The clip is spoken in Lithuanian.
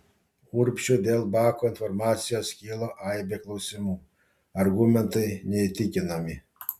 urbšiui dėl bako informacijos kilo aibė klausimų argumentai neįtikinami